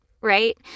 right